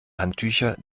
handtücher